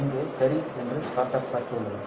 இங்கே சரி என்று காட்டப்பட்டுள்ளது